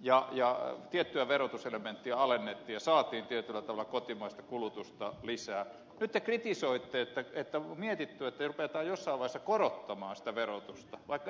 ja tiettyä verotuselementtiä alennettiin ja saatiin tietyllä tavalla kotimaista kulutusta lisää nyt te kritisoitte että on mietitty että ruvetaan jossain vaiheessa korottamaan sitä verotusta vaikka ensin te kritisoitte sen alentamista